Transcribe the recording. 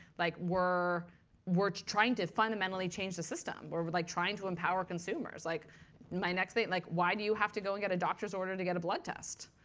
like we're we're trying to fundamentally change the system. we're we're like trying to empower consumers. like my next thing, like, why do you have to go and get a doctor's order to get a blood test?